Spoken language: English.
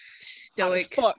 stoic